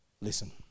listen